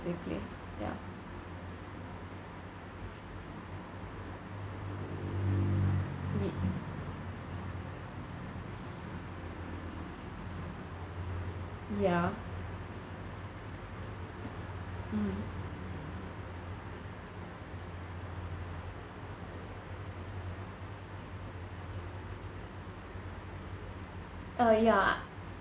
physically ya y~ ya mm uh ya